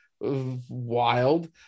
Wild